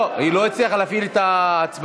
היא לא הצליחה להפעיל את ההצבעה.